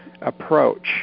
approach